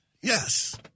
Yes